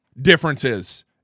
differences